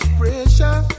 pressure